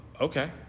okay